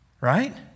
right